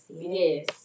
Yes